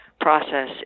process